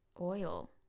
oil